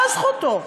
לא זכותו,